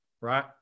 right